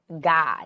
God